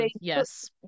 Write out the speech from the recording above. Yes